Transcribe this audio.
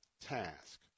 task